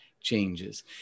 changes